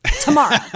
tomorrow